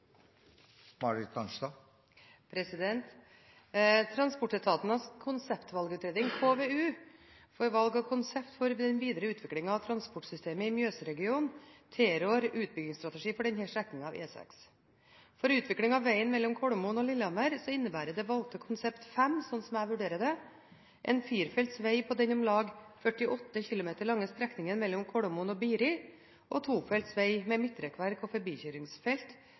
Transportetatenes konseptvalgutredning, KVU, for valg av konsept for den videre utviklingen av transportsystemer i Mjøsregionen, tilrår utbyggingsstrategi på denne strekningen av E6. For utviklingen av vegen mellom Kolomoen og Lillehammer innebærer det valgte konsept 5, slik jeg vurderer det, firefelts veg på den om lag 48 km lange strekningen mellom Kolomoen og Biri og tofelts veg med midtrekkverk og